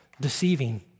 deceiving